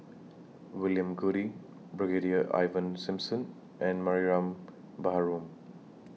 William Goode Brigadier Ivan Simson and Mariam Baharom